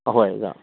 ꯑꯍꯣꯏ ꯑꯣꯖꯥ